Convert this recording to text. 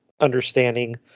understanding